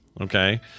Okay